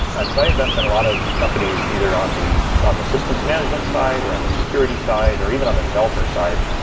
i so i invest in a lot of companies either on the on the systems management side or on the security side, or even on the developer side,